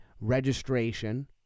registration